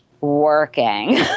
working